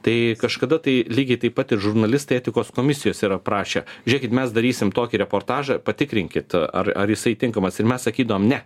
tai kažkada tai lygiai taip pat ir žurnalistai etikos komisijos yra prašę žiūrėkit mes darysim tokį reportažą patikrinkit ar ar jisai tinkamas ir mes sakydavom ne